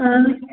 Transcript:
ٲں